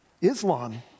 Islam